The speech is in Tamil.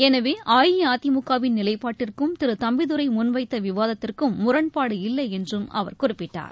எனவே அஇஅதிமுக வின் நிலைப்பாட்டிற்கும் திரு முதம்பிதுரை முன்வைத்த விவாதத்திற்கும் முரண்பாடு இல்லை என்று அவர் குறிப்பிட்டார்